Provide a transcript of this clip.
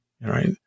right